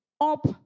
up